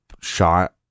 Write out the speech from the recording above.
shot